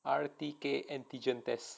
R_T_K antigen tests